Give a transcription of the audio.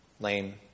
lame